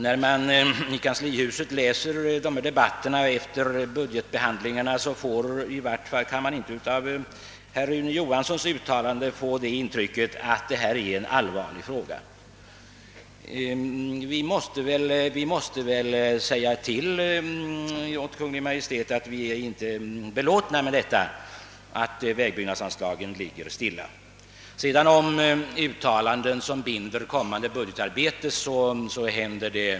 När man i kanslihuset inför budgetbehandlingarna läser protokollen från debatterna kan man i varje fall inte av herr Johanssons uttalanden få intrycket att detta är en allvarlig fråga. Vi måste väl tala om för Kungl. Maj:t att vi inte är belåtna med att vägbyggnadsanslagen ligger stilla. Uttalanden som binder kommande budgetarbete görs esomoftast.